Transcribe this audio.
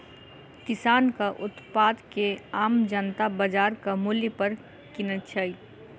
किसानक उत्पाद के आम जनता बाजारक मूल्य पर किनैत छै